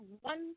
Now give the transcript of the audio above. one